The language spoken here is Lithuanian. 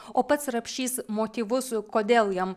o pats rapšys motyvus kodėl jam